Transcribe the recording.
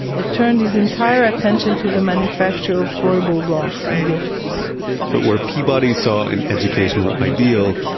it turned his entire attention to the manufacturer of froebel blocks and gifts but where peabody saw an educational ideal,